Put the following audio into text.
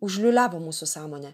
užliūliavo mūsų sąmonę